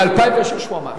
ב-2006 הוא אמר.